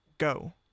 Go